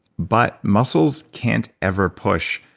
but muscles can't ever push,